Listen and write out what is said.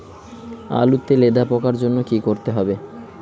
আলুতে লেদা পোকার জন্য কি করতে হবে?